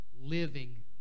Living